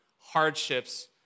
hardships